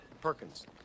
Perkins